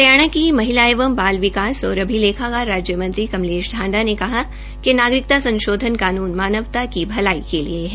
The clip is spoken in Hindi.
हरियाणा की महिला एवं बाल विकास और अभिलेखागार राज्यमंत्री कमलेश ांडा ने कहा है कि नागरिकता संशोध्न कानून मानवता की भलाई के लिए है